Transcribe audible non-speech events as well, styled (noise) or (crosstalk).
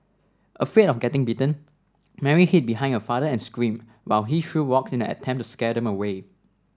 afraid of getting bitten (noise) Mary hid behind her father and screamed while he threw rocks in an attempt to scare them away